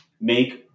make